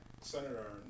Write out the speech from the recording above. senator